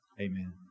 Amen